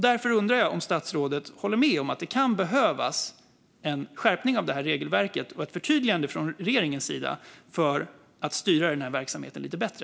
Därför undrar jag om statsrådet håller med om att det kan behövas en skärpning av regelverket och ett förtydligande från regeringens sida för att styra denna verksamhet lite bättre.